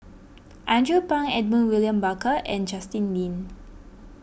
Andrew Phang Edmund William Barker and Justin Lean